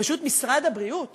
פשוט משרד הבריאות